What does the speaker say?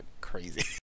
crazy